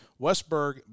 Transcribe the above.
Westberg